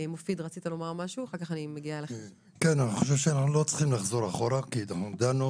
אני חושב שאנחנו לא צריכים לחזור אחורה כי דנו